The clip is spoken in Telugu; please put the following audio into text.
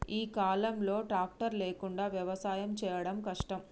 ఈ కాలం లో ట్రాక్టర్ లేకుండా వ్యవసాయం చేయడం కష్టం